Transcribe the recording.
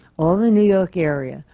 all in new york area,